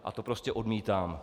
A to prostě odmítám.